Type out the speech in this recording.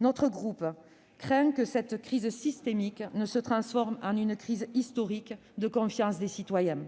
notre groupe craint que cette crise systémique ne se transforme en une crise historique de confiance des citoyens.